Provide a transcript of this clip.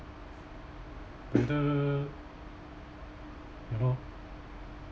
whether you know